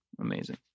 Amazing